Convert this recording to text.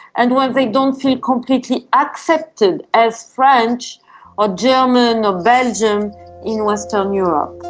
and when they don't feel completely accepted as french or german or belgian in western europe.